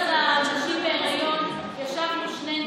נשים בהיריון ישבנו שנינו,